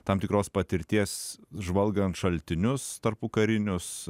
tam tikros patirties žvalgant šaltinius tarpukarinius